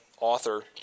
author